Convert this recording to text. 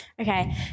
Okay